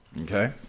Okay